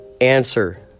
answer